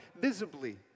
visibly